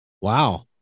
Wow